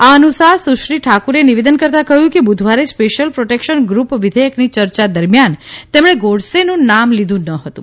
આ અનુસાર સુશ્રી ઠાકુરે નિવેદન કરતા કહ્યું કે બુધવારે સ્પેશ્યેલ પ્રોટેક્શન ગૃપ વિધેયકની ચર્ચા દરમ્યાન તેમણે ગોડસેનું નામ લીધું ન હતું